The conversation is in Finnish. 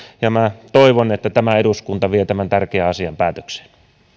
ja minä toivon että tämä eduskunta vie tämän tärkeän asian päätökseen